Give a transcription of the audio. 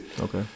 okay